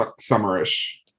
Summer-ish